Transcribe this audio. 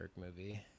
movie